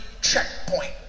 checkpoint